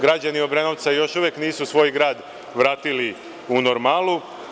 Građani Obrenovca još uvek nisu svoj grad vratili u normalu.